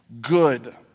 Good